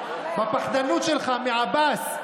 הפחדנות שלך מעבאס,